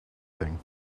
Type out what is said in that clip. thing